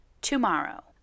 Tomorrow